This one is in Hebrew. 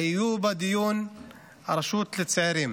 הרשות לצעירים